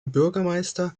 bürgermeister